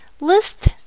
List